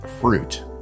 Fruit